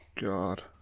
god